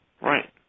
Right